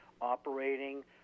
operating